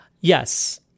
Yes